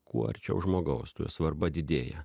kuo arčiau žmogaus tuo svarba didėja